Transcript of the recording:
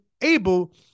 able